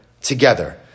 together